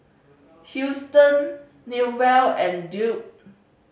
Houston Newell and Duke